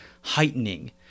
heightening